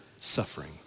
suffering